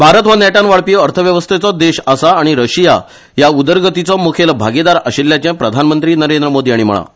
भारत हो नेटान वाडपी अर्थव्यवस्थेचो देश आसा आनी रशिया ह्या उदरगतीचो मुखेल भागीदार आशिल्ल्याचें प्रधानमंत्री नरेंद्र मोदी हाणी म्हळा